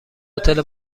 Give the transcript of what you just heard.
هتل